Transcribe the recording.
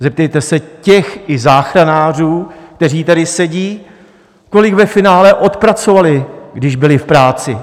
Zeptejte se těch, i záchranářů, kteří tady sedí, kolik ve finále odpracovali, když byli v práci.